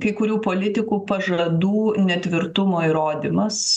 kai kurių politikų pažadų netvirtumo įrodymas